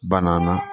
बनाना